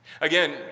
Again